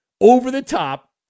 over-the-top